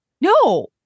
No